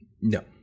No